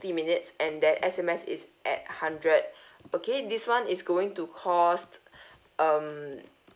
sixty minutes and then S_M_S is at hundred okay this one is going to cost um